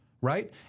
right